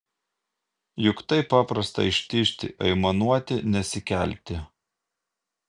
juk taip paprasta ištižti aimanuoti nesikelti